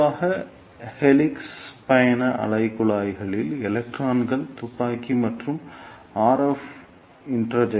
பொதுவாக ஹெலிக்ஸ் பயண அலைக் குழாய்களில் எலக்ட்ரான் துப்பாக்கி மற்றும் ஆர்